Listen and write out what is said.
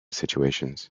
situations